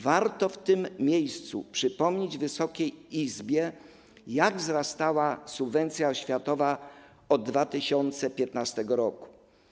Warto w tym miejscu przypomnieć Wysokiej Izbie, jak wzrastała subwencja oświatowa od 2015 r.